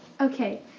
Okay